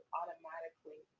automatically